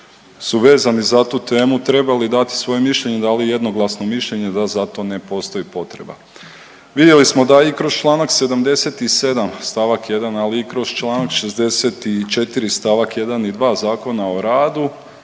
su vezani za tu temu, trebali dati svoje mišljenje, da li jednoglasno mišljenje da za to ne postoji potreba. Vidjeli smo da i kroz čl. 77 st. 1, ali i kroz čl. 64 st. 1 i 2 ZOR-a se